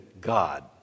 God